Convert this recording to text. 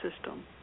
system